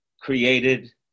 created